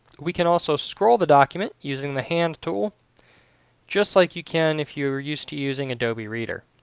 we can also scroll the document using the hand tool just like you can if you're used to using adobe reader.